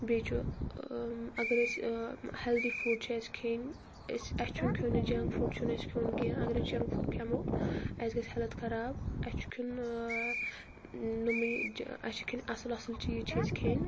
بیٚیہِ چھُ اگرأسۍ ہٮ۪لدی فُڈ چھِ اَسہِ کھیٚنۍ أسۍ اَسہِ چھُنہٕ کھیوٚن یہِ جنٛک فُڈ چھُنہٕ اَسہِ کھیوٚن کینٛہہ اگر أسۍ جنٛک فُڈ کھٮ۪مو اَسہِ گژھِ ہٮ۪لٕتھ خَراب اَسہِ چھُ کھیوٚن یِمٕے اَسہِ چھِ کھیٚنۍ اَصٕل اَصٕل چیٖز چھِ اَسہِ کھیٚنۍ